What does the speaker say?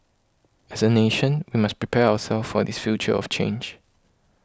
as a nation we must prepare ourselves for this future of change